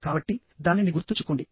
కాబట్టిదానిని గుర్తుంచుకోండి